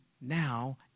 now